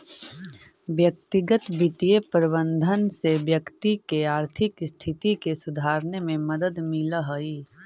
व्यक्तिगत वित्तीय प्रबंधन से व्यक्ति के आर्थिक स्थिति के सुधारने में मदद मिलऽ हइ